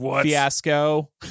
fiasco